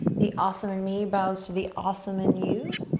the awesome in me bows to the awesome in you.